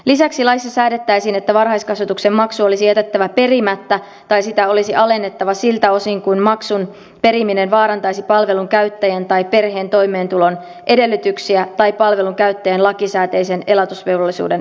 lisäksi laissa säädettäisiin että varhaiskasvatuksen maksu olisi jätettävä perimättä tai sitä olisi alennettava siltä osin kuin maksun periminen vaarantaisi palvelun käyttäjän tai perheen toimeentulon edellytyksiä tai palvelun käyttäjän lakisääteisen elatusvelvollisuuden toteuttamista